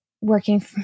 working